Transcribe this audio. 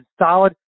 solid